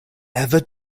ever